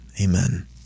Amen